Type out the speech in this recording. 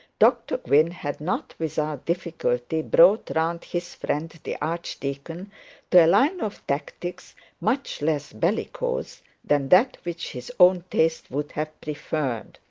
dr gwynne had not without difficulty brought round his friend the archdeacon to a line of tactics much less bellicose than that which his own taste would have preferred.